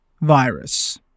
virus